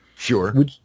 Sure